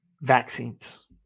vaccines